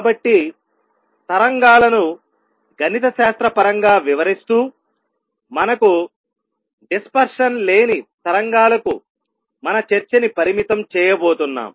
కాబట్టి తరంగాలను గణితశాస్త్ర పరంగా వివరిస్తూ మనకు డిస్పర్షన్ లేని తరంగాలకు మన చర్చ ని పరిమితం చేయబోతున్నాం